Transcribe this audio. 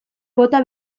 bota